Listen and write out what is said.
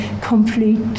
complete